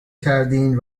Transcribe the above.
کردین